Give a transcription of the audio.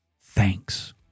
thanks